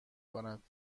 کند